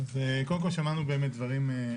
קודם כול, שמענו באמת דברים.